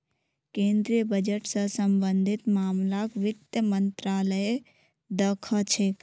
केन्द्रीय बजट स सम्बन्धित मामलाक वित्त मन्त्रालय द ख छेक